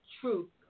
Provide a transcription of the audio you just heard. truth